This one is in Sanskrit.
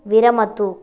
विरमतु